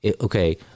okay